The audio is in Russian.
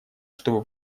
чтобы